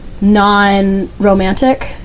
non-romantic